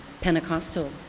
Pentecostal